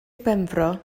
benfro